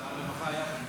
שר הרווחה היה פה קודם.